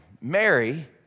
Mary